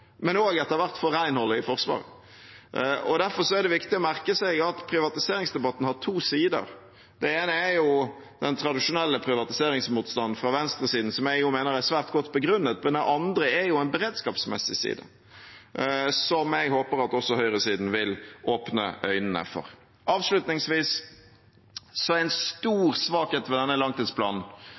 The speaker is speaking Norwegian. og etter hvert også for renholdere i Forsvaret. Derfor er det viktig å merke seg at privatiseringsdebatten har to sider. Den ene er den tradisjonelle privatiseringsmotstanden fra venstresiden, som jeg mener er svært godt begrunnet, men den andre er en beredskapsmessig side, som jeg håper at også høyresiden vil åpne øynene for. Avslutningsvis er det en stor svakhet ved denne langtidsplanen